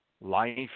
Life